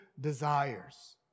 desires